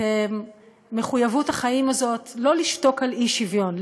את מחויבות החיים הזאת לא לשתוק על אי-שוויון,